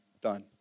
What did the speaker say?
done